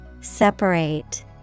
Separate